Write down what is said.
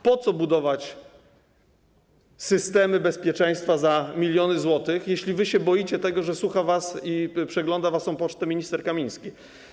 Po co budować systemy bezpieczeństwa za miliony złotych, jeśli wy się boicie tego, że słucha was i przegląda waszą pocztę minister Kamiński?